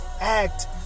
act